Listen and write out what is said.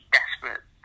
desperate